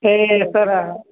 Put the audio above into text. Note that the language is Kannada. ಹೇ ಸರ್ರ್